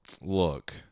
Look